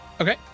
Okay